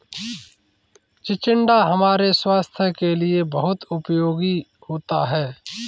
चिचिण्डा हमारे स्वास्थ के लिए बहुत उपयोगी होता है